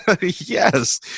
Yes